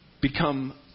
become